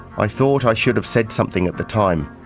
i thought i should have said something at the time,